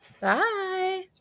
Bye